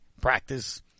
practice